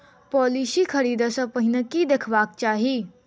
Policy खरीदै सँ पहिने की देखबाक चाहि?